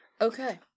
Okay